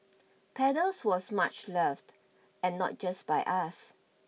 paddles was much loved and not just by us